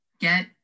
get